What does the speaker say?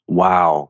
wow